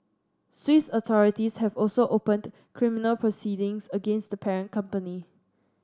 swiss authorities have also opened criminal proceedings against the parent company